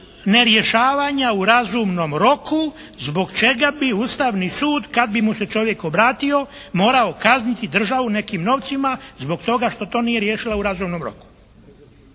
nerješavanja u razumnom roku zbog čega bi Ustavni sud kad bi mu se čovjek obratio morao kazniti državu nekim novcima zbog toga što to nije riješila u razumnom roku.